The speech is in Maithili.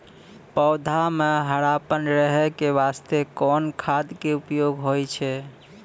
पौधा म हरापन रहै के बास्ते कोन खाद के उपयोग होय छै?